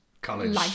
College